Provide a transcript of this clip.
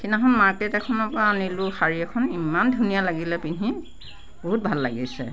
সিদিনাখন মাৰ্কেট এখনৰপৰা আনিলোঁ শাৰী এখন ইমান ধুনীয়া লাগিলে পিন্ধি বহুত ভাল লাগিছে